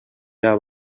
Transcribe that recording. era